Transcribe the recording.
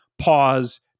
pause